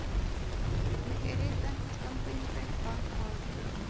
مےٚ کَرے تُہٕنٛز کَمپٔنی پٮ۪ٹھ اَکھ آرڈَر